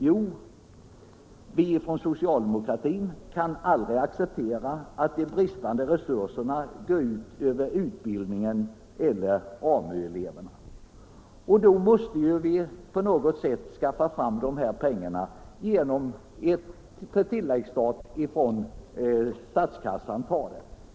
Jo, vi inom socialdemokratin kan aldrig acceptera att de bristande resurserna får gå ut över utbildningen eller över AMU-eleverna, och följaktligen måste vi på något sätt skaffa fram pengarna på tilläggsstat från statskassan.